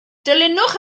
dilynwch